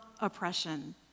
oppression